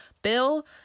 Bill